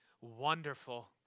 wonderful